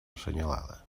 assenyalada